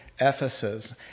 Ephesus